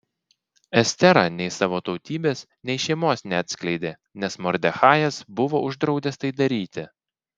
estera nei savo tautybės nei šeimos neatskleidė nes mordechajas buvo uždraudęs tai daryti